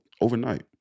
overnight